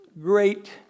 great